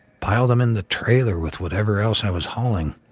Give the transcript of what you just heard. pile them in the trailer with whatever else i was hauling,